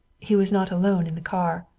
he was not alone in the car.